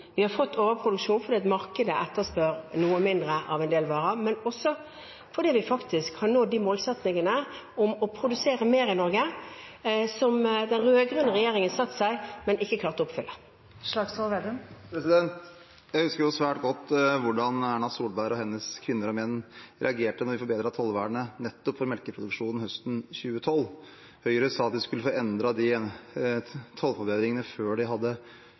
Vi har fått overproduksjon fordi markedet etterspør noe mindre av en del varer, men også fordi vi faktisk har nådd målsettingene om å produsere mer i Norge, målsettinger som den rød-grønne regjeringen satte seg, men ikke klarte å oppfylle. Trygve Slagsvold Vedum – til oppfølgingsspørsmål. Jeg husker svært godt hvordan Erna Solberg og hennes kvinner og menn reagerte da vi forbedret tollvernet nettopp for melkeproduksjonen høsten 2012. Høyre sa at de skulle få endret de tollforbedringene – før en hadde